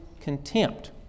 contempt